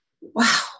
wow